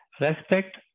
Respect